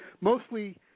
Mostly